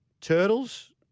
Turtles